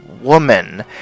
woman